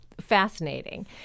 fascinating